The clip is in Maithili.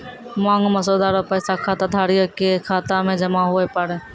मांग मसौदा रो पैसा खाताधारिये के खाता मे जमा हुवै पारै